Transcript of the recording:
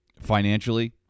financially